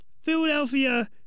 Philadelphia